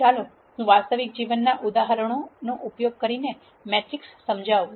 ચાલો હું વાસ્તવિક જીવનના ઉદાહરણનો ઉપયોગ કરીને મેટ્રિક્સ સમજાવું